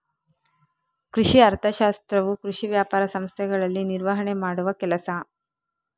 ಕೃಷಿ ಅರ್ಥಶಾಸ್ತ್ರವು ಕೃಷಿ ವ್ಯಾಪಾರ ಸಂಸ್ಥೆಗಳಲ್ಲಿ ನಿರ್ವಹಣೆ ಮಾಡುವ ಕೆಲಸ